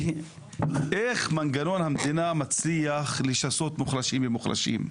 איך מנגנון המדינה מצליח לשסות מוחלשים במוחלשים.